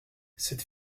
cette